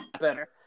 Better